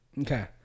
Okay